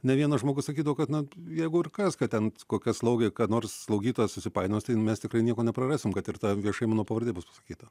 ne vienas žmogus sakydavo kad na jeigu ir kas kad ten kokia slaugė nors slaugytoja susipainios tai nu mes tikrai nieko neprarasim kad ir ta viešai mano pavardė bus pasakyta